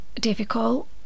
difficult